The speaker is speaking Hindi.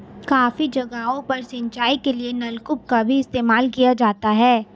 काफी जगहों पर सिंचाई के लिए नलकूप का भी इस्तेमाल किया जाता है